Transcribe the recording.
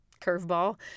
curveball